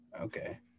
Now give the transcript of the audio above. Okay